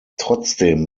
trotzdem